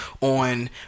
on